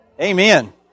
Amen